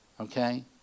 okay